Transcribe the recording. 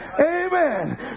Amen